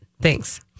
Thanks